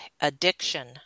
addiction